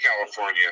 California